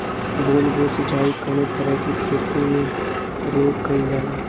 बूंद बूंद सिंचाई कवने तरह के खेती में प्रयोग कइलजाला?